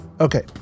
okay